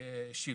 שילה,